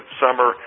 summer